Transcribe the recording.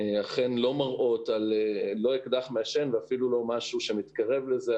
אכן לא מראות לא על אקדח מעשן ואפילו לא על משהו שמתקרב לזה.